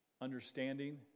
understanding